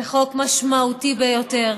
זה חוק משמעותי ביותר.